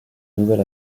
nouvel